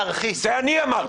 אתה אנרכיסט, ידידי.